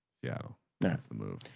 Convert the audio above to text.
yeah that's the move.